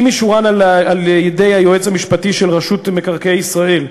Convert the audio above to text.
עם אישורן על-ידי היועץ המשפטי של רשות מקרקעי ישראל,